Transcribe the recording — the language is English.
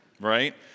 Right